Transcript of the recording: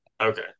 Okay